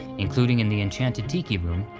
including in the enchanted tiki room,